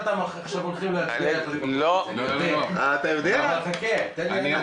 אתה לא מכיר אותי, אבל אני מכיר